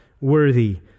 worthy